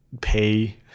pay